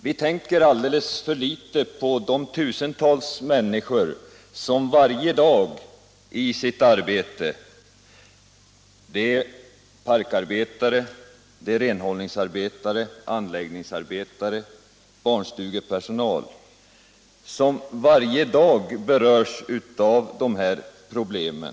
Vi tänker alldeles för litet på de tusentals människor — park-, renhållnings och anläggningsarbetare, barnstugepersonal — som varje dag i sitt arbete berörs av de här problemen.